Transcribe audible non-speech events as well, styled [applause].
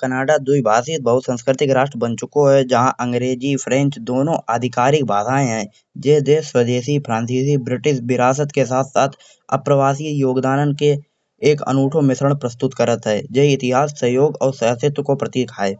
कनाडा दो भाषी बहुसांस्कृतिक राष्ट्र बन चुको है। जहाँ अंग्रेजी फ्रेंच दोनों आधिकारिक भाषाये है। जे देश स्वदेशी फ्रांसीसी ब्रिटिश विरासत के साथ साथ अप्रवासी योगदान के एक अनूठो मिश्रण प्रस्तुत करत है। जे इतिहास सहयोग और [unintelligible] को प्रतीक है।